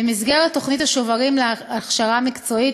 במסגרת תוכנית השוברים להכשרה מקצועית,